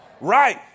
right